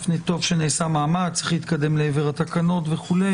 שטוב שנעשה מאמץ, צריך להתקדם לעבר התקנות וכו'.